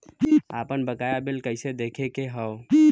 आपन बकाया बिल कइसे देखे के हौ?